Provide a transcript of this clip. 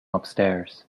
upstairs